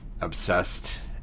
obsessed